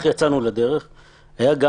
ואח"כ מערכת שיר"ה.